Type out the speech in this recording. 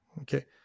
Okay